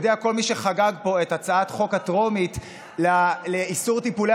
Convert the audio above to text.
יודע כל מי שחגג פה את הצעת החוק בטרומית לאיסור טיפולי